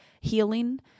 healing